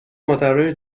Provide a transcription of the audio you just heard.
مادرای